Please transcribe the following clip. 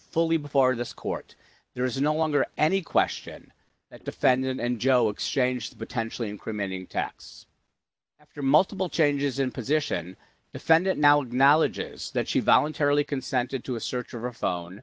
fully before this court there is no longer any question that defendant and joe exchanged potentially incriminating tax after multiple changes in position defendant now knowledge is that she voluntarily consented to a search of a phone